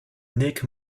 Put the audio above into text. nick